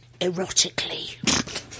Erotically